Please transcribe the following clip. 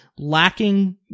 Lacking